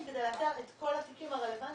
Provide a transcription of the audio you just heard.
כדי לאתר את כל התיקים הרלוונטיים,